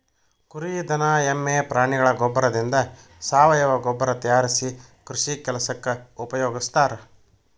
ಕುರಿ ದನ ಎಮ್ಮೆ ಪ್ರಾಣಿಗಳ ಗೋಬ್ಬರದಿಂದ ಸಾವಯವ ಗೊಬ್ಬರ ತಯಾರಿಸಿ ಕೃಷಿ ಕೆಲಸಕ್ಕ ಉಪಯೋಗಸ್ತಾರ